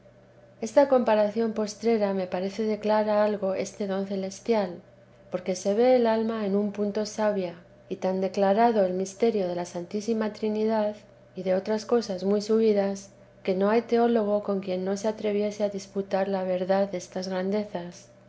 esta comparación postrera me parece declara algo deste don celestial porque se ve el alma en un punto sabia y tan declarado el misterio de la santísima trinidad y de otras cosas muy subidas que no hay teólogo con quien no se atreviese a disputar la verdad destas grandezas